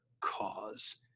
cause